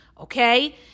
okay